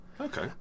Okay